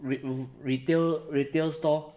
re~ room retail retail store